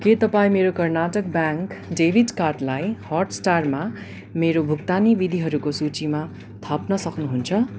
के तपाईँ मेरो कर्नाटक ब्याङ्क डेबिट कार्डलाई हटस्टारमा मेरो भुक्तानी विधिहरूको सूचीमा थप्न सक्नुहुन्छ